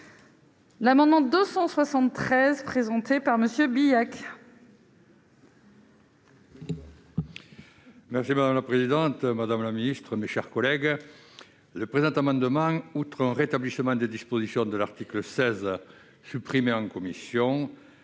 L'amendement 200 soit. 113 présenté par Monsieur Billac. Merci madame la présidente, madame la ministre, mes chers collègues, le présent amendement outre rétablissement des dispositions de l'article 16 supprimé en commission